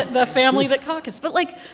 the family that caucused. but, like,